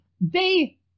they-